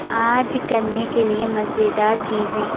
آج کرنے کے لیے مزیدار چیزیں